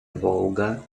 volga